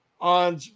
on